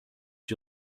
die